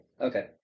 Okay